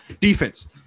defense